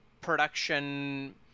production